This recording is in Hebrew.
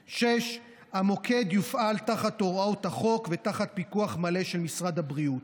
6. המוקד יופעל תחת הוראות החוק ותחת פיקוח מלא של משרד הבריאות.